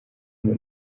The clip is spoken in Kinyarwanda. ngo